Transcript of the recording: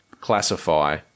classify